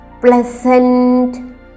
pleasant